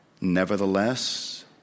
Nevertheless